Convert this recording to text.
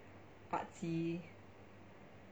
artsy